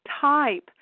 type